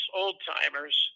old-timers